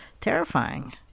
terrifying